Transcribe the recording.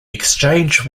exchange